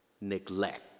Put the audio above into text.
Neglect